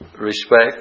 respect